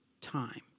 time